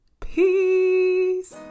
peace